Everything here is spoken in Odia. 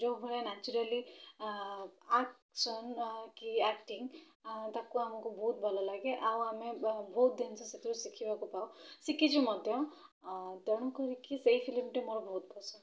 ଯେଉଁ ଭଳିଆ ନାଚୁରାଲି ଆକ୍ସନ୍ କି ଆକ୍ଟିଙ୍ଗ୍ ତାକୁ ଆମକୁ ବହୁତ ଭଲ ଲାଗେ ଆଉ ଆମେ ବହୁତ ଜିନିଷ ସେଥିରୁ ଶିଖିବାକୁ ପାଉ ଶିଖିଛୁ ମଧ୍ୟ ତେଣୁ କରିକି ସେହି ଫିଲ୍ମଟି ମୋର ବହୁତ ପସନ୍ଦ